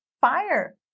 fire